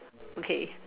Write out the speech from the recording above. okay